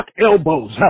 elbows